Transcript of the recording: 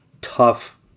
tough